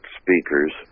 speakers